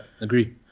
agree